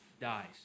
dies